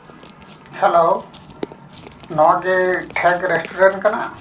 hello ᱱᱚᱣᱟᱠᱤ ᱴᱷᱮᱠ restaurant ᱠᱟᱱᱟ